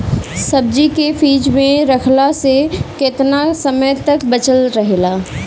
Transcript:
सब्जी के फिज में रखला पर केतना समय तक बचल रहेला?